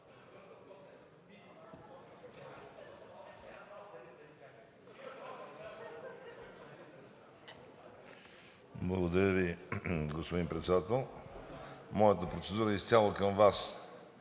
Благодаря Ви, господин Председател. Моята процедура е изцяло към Вас.